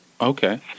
Okay